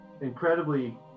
incredibly